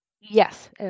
Yes